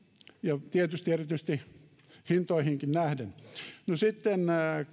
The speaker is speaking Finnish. ja tietysti erityisesti hintoihinkin nähden no sitten